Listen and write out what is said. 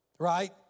right